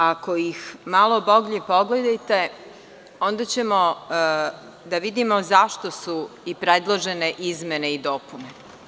Ako ih malo bolje pogledamo, onda ćemo da vidimo i zašto su predložene izmene i dopune.